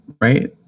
Right